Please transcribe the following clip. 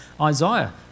Isaiah